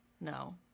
No